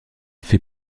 fait